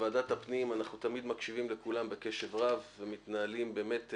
בוועדת הפנים אנחנו תמיד מקשיבים לכולם בקשב רב ומתנהלים באמת,